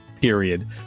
period